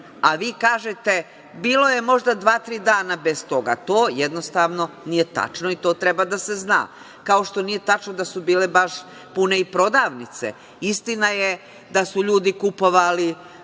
a vi kažete – bilo je, možda, dva, tri dana bez toga. To jednostavno nije tačno i to treba da se zna, kao što nije tačno da su bile baš pune i prodavnice. Istina je da su ljudi kupovali,